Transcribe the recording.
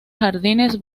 jardines